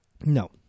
No